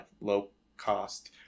low-cost